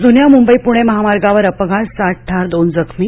जून्या मूंबई पूणे महामार्गावर अपघात सात ठार दोन जखमी